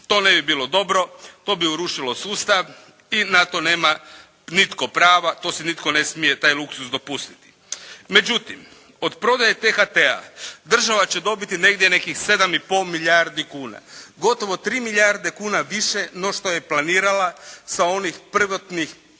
To ne bi bilo dobro, to bi urušilo sustav, i na to nema nitko prava. To si nitko ne smije taj luksuz dopustiti. Međutim, od prodaje THT-a država će dobiti negdje nekih 7 i pol milijardi kuna, gotovo 3 milijarde kuna više no što je planirala sa onih prvotnih,